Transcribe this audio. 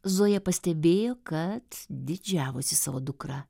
zoja pastebėjo kad didžiavosi savo dukra